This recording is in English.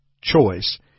choice